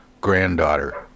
granddaughter